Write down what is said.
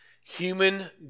human